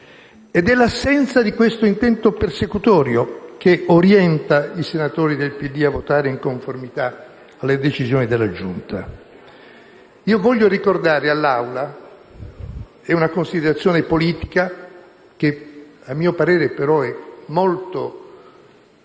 Ed è l'assenza di questo intento persecutorio che orienta i senatori del PD a votare in conformità alle decisioni della Giunta. Io voglio ricordare all'Aula una considerazione politica che a mio parere, però, è molto connessa